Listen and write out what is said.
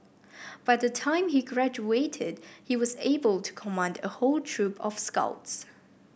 by the time he graduated he was able to command a whole troop of scouts